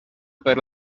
per